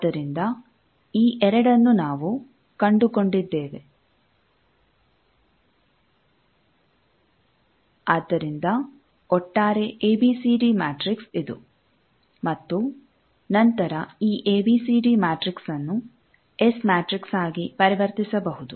ಆದ್ದರಿಂದ ಒಟ್ಟಾರೆ A B C D matrix ಇದು ಮತ್ತು ನಂತರ ಈ ಎಬಿಸಿಡಿ ಮ್ಯಾಟ್ರಿಕ್ಸ್ಅನ್ನು ಎಸ್ ಮ್ಯಾಟ್ರಿಕ್ಸ್ ಆಗಿ ಪರಿವರ್ತಿಸಬಹುದು